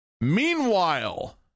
Meanwhile